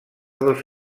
dos